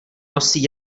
nosí